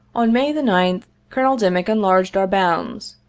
on may the ninth, colonel dimick enlarged our bounds.